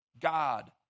God